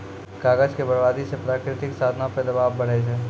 कागज के बरबादी से प्राकृतिक साधनो पे दवाब बढ़ै छै